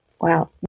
Wow